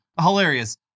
hilarious